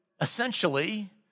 essentially